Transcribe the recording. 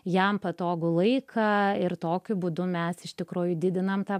jam patogų laiką ir tokiu būdu mes iš tikrųjų didiname tą